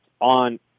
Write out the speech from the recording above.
on